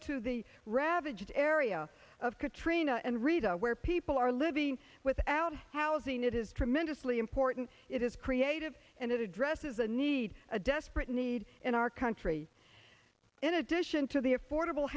to the ravaged area of katrina and rita where people are living without housing it is tremendously important it is creative and it addresses a need a desperate need in our country in addition to the affordable